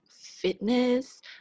fitness